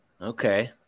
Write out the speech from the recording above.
Okay